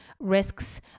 risks